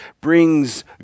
brings